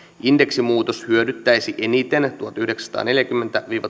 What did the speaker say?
indeksimuutos hyödyttäisi eniten tuhatyhdeksänsataaneljäkymmentä viiva